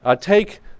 Take